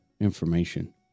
information